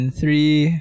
three